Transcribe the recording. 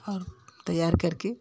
और तैयार करके